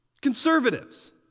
Conservatives